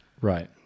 Right